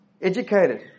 educated